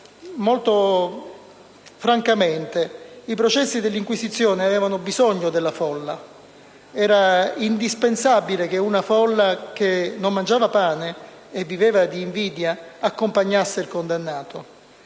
molto francamente: i processi dell'Inquisizione avevano bisogno della folla. Era indispensabile che una folla, che non mangiava pane e viveva di invidia, accompagnasse il condannato.